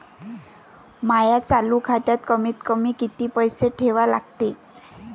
माया चालू खात्यात कमीत कमी किती पैसे ठेवा लागते?